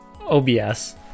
obs